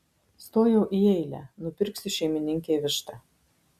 stojau į eilę nupirksiu šeimininkei vištą